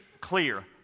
clear